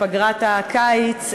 לפגרת הקיץ,